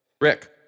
Rick